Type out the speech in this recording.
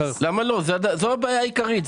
למה לא, זו הבעיה העיקרית?